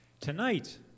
Tonight